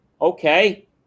okay